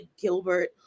Gilbert